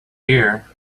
here